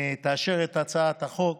תאשר את הצעת החוק